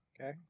Okay